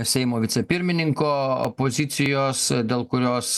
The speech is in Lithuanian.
seimo vicepirmininko opozicijos dėl kurios